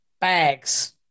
bags